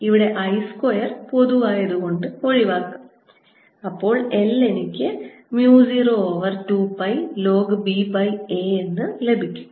ഇവിടെ I square പൊതുവായതുകൊണ്ട് ഒഴിവാക്കാം അപ്പോൾ L എനിക്ക് mu 0 over 2 pi log b a എന്ന് ലഭിക്കും